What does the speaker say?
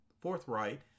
forthright